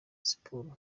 siporo